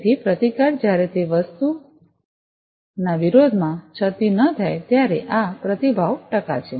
તેથી પ્રતિકાર જ્યારે તે આ વસ્તુ ના વિરોધ માં છતી ન થાય ત્યારે આ પ્રતિભાવ ટકા છે